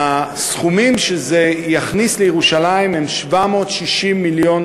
הסכומים שזה יכניס לירושלים הם 760 מיליון